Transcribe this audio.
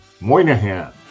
Moynihan